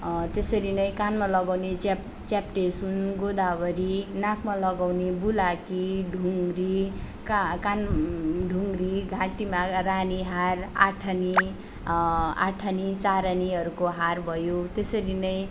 त्यसरी नै कानमा लगाउने च्याप च्याप्टे सुन गोदावरी नाकमा लगाउने बुलाकी ढुङ्री का कान ढुङ्री घाँटीमा रानी हार आठानी आठानी चारानीहरूको हार भयो त्यसरी नै